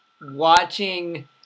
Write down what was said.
Watching